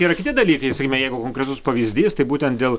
yra kiti dalykai sakykime jeigu konkretus pavyzdys tai būtent dėl